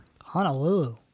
Honolulu